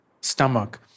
stomach